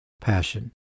passion